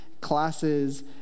classes